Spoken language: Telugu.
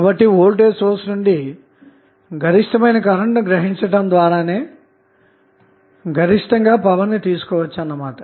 కాబట్టి వోల్టేజ్ సోర్స్ నుండి గరిష్టమైన కరెంటు ను గ్రహించుట ద్వారా నే గరిష్టంగా పవర్ ని తీసుకొనవచ్చు అన్నమాట